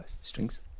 Strings